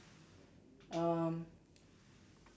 um